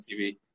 TV